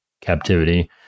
captivity